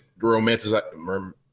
romanticize